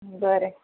बरें